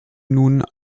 nun